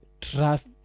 trust